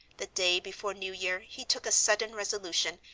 the day before new year he took a sudden resolution,